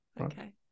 Okay